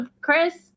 Chris